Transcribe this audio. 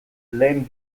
lehen